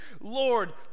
Lord